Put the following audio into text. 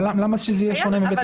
אבל למה שזה יהיה שונה מבית משפט?